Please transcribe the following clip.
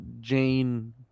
Jane